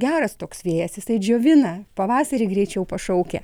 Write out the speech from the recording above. geras toks vėjas jisai džiovina pavasarį greičiau pašaukia